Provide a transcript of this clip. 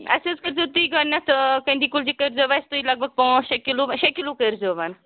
اَسہِ حظ کٔرۍزیٚو تُہۍ گۄڈنٮ۪تھ آ کٔندی کُلچہِ کٔرۍزیٚو اَسہِ تُہۍ لگ بگ پٲنٛژھ شےٚ کِلوٗ شےٚ کِلوٗ کٔرۍزیٚو